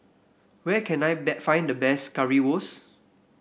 where can I find the best Currywurst